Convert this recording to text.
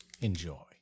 Enjoy